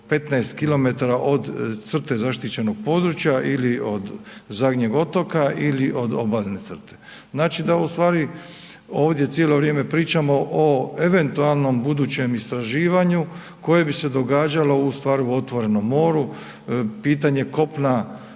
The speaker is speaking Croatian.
15 km od crte zaštićenog područja ili od zadnjeg otoka ili od obalne crte. Znači da ustvari ovdje cijelo vrijeme pričamo o eventualnom budućem istraživanju koje bi se događalo ustvari u otvorenom moru, pitanje kopna,